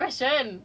it was like